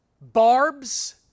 barbs